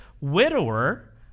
widower